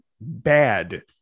bad